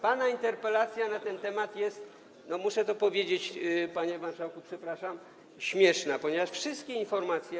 Pana interpelacja na ten temat jest, muszę to powiedzieć, panie marszałku, przepraszam, śmieszna, ponieważ wszystkie informacje.